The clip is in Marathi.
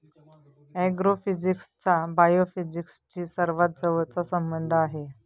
ऍग्रोफिजिक्सचा बायोफिजिक्सशी सर्वात जवळचा संबंध आहे